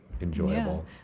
enjoyable